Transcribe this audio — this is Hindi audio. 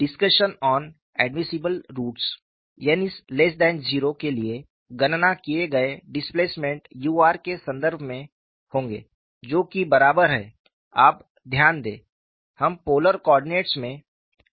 discussion on admissible roots n0 के लिए गणना किए गए डिस्प्लेसमेंट u r के सन्दर्भ में होंगे जो की बराबर है आप ध्यान दें हम पोलर कोऑर्डिनटस में काम कर रहे हैं